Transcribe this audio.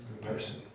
person